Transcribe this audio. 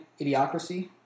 Idiocracy